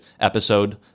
episode